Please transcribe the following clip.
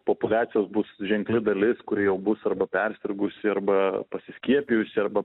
populiacijos bus ženkli dalis kuri jau bus arba persirgusi arba pasiskiepijusi arba